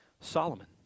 Solomon